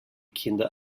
kinder